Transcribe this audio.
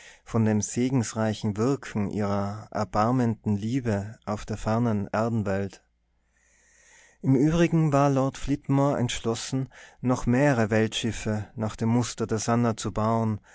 von dem segensreichen wirken ihrer erbarmenden liebe auf der fernen erdenwelt im übrigen war lord flitmore entschlossen noch mehrere weltschiffe nach dem muster der sannah zu bauen